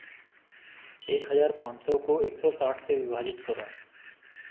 एक हज़ार पाँच सौ को एक सौ साठ से विभाजित करो